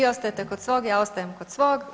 Vi ostajete kod svog, ja ostajem kod svog.